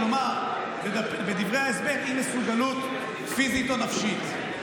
כלומר בדברי ההסבר: אי-מסוגלות פיזית או נפשית.